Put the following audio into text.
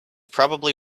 probably